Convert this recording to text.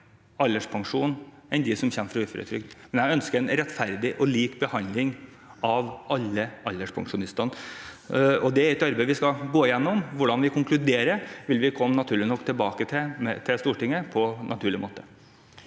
alderspensjon enn dem som går fra uføretrygd. Men jeg ønsker en rettferdig og lik behandling av alle alderspensjonister. Det er et arbeid vi skal gå igjennom. Hvordan vi konkluderer, vil vi naturlig nok komme tilbake til Stortinget med, på egnet måte.